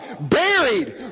buried